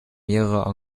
mehrere